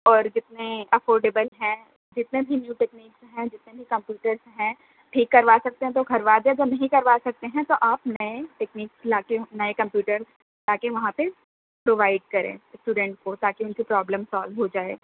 اور جتنے افورڈیبل ہیں جتنے بھی نیو ٹیکنکس ہیں جتنے بھی کمپیوٹرس ہیں ٹھیک کروا سکتے ہیں تو کروا دیں اگر نہیں کروا سکتے ہیں تو آپ نئے ٹیکنکس لا کے نئے کمپیوٹر لا کے وہاں پہ پرووائڈ کریں اِسٹوڈینٹس کو تاکہ اُن کی پرابلم سالو ہو جائے